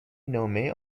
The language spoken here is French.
nommé